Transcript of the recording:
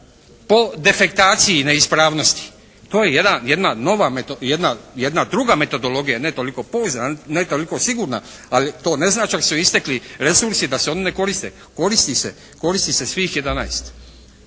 po defektaciji neispravnosti. To je jedna nova metoda, druga metodologija, ne toliko pouzdana, ne toliko sigurna ali to ne znači ako su istekli resursi da se oni ne koriste. Koristi se svih 11.